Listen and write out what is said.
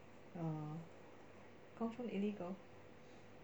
confirm illegal